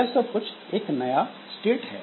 यह सब कुछ एक नया स्टेट है